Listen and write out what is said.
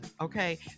okay